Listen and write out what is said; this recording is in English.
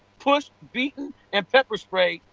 pushed, beaten and pepper sprayed,